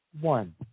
one